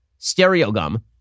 Stereogum